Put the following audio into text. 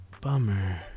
Bummer